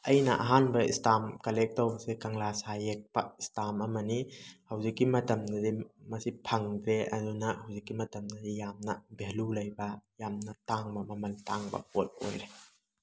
ꯑꯩꯅ ꯑꯍꯥꯟꯕ stamp collect ꯇꯧꯕꯁꯦ ꯀꯪꯂꯥꯁꯥ ꯌꯦꯛꯄ ꯏꯁꯇꯥꯝ ꯑꯃꯅꯤ ꯍꯧꯖꯤꯛꯀꯤ ꯃꯇꯝꯗꯗꯤ ꯃꯁꯤ ꯐꯪꯗꯦ ꯑꯗꯨꯅ ꯍꯧꯖꯤꯛꯀꯤ ꯃꯇꯝꯗꯗꯤ ꯌꯥꯝꯅ ꯚꯦꯂꯨ ꯂꯩꯕ ꯌꯥꯝꯅ ꯇꯥꯡꯕ ꯃꯃꯜ ꯇꯥꯡꯕ ꯄꯣꯠ ꯑꯣꯏꯔꯦ